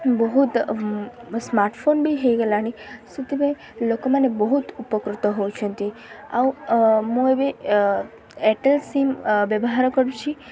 ବହୁତ ସ୍ମାର୍ଟ୍ଫୋନ୍ ବି ହୋଇଗଲାଣି ସେଥିପାଇଁ ଲୋକମାନେ ବହୁତ ଉପକୃତ ହେଉଛନ୍ତି ଆଉ ମୁଁ ଏବେ ଏୟାରଟେଲ୍ ସିମ୍ ବ୍ୟବହାର କରୁଛି